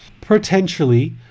Potentially